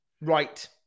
Right